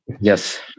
Yes